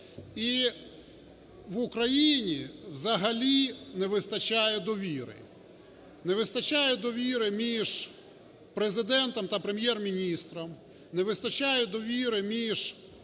І в Україні взагалі не вистачає довіри: не вистачає довіри між Президентом та Прем’єр-міністром, не вистачає довіри між